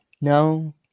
no